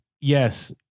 Yes